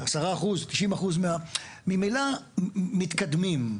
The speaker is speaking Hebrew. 10%, ממילא מתקדמים.